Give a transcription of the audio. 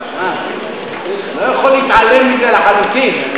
הוא לא יכול להתעלם מזה לחלוטין.